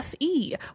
FE